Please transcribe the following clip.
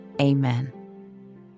amen